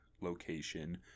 location